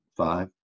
five